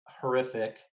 horrific